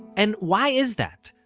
and why is that?